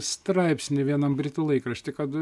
straipsnį vienam britų laikrašty kad